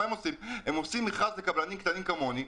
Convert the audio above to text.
הן עושות מכרז לקבלנים קטנים כמוני,